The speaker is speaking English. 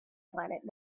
planet